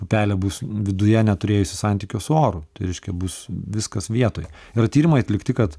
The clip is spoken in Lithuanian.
pupelė bus viduje neturėjusi santykio su oru reiškia bus viskas vietoje yra tyrimai atlikti kad